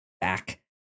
back